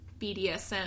BDSM